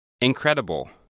Incredible